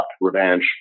Revenge